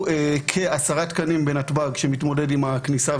כעשרה תקנים בנתב"ג שמתמודדים עם הכניסה,